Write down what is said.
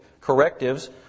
correctives